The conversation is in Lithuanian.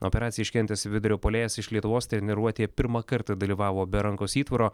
operaciją iškentęs vidurio puolėjas iš lietuvos treniruotėje pirmą kartą dalyvavo be rankos įtvaro